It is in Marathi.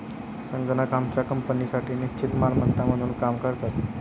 संगणक आमच्या कंपनीसाठी निश्चित मालमत्ता म्हणून काम करतात